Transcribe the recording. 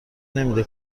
نمیده